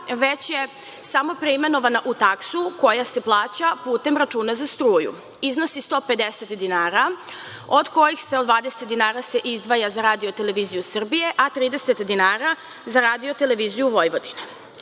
već je samo preimenovana u taksu koja se plaća putem računa za struju. Iznosi 150 dinara, od kojih 120 dinara se izdvaja za Radio televiziju Srbije, a 30 dinara za Radio televiziju Vojvodine. Iznos